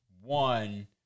One